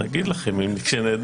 אני אגיד לכם כשנדע.